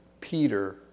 Peter